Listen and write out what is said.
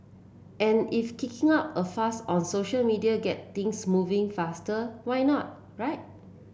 and if kicking up a fuss on social media get things moving faster why not right